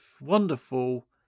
wonderful